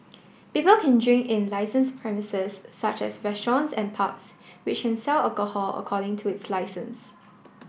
people can drink in licensed premises such as restaurants and pubs which can sell alcohol according to its licence